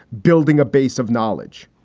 building a base of knowledge.